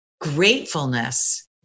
Gratefulness